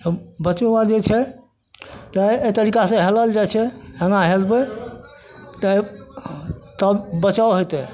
तब बचाबैके बाद जे छै तऽ एहि तरीकासे हेलल जाइ छै एना हेलबै तऽ तब बचाव होतै